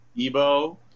Ebo